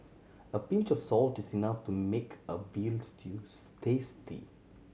a pinch of salt is enough to make a veal stews tasty